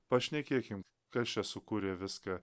pašnekėkim kas čia sukūrė viską